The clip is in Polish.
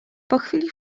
chwili